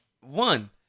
One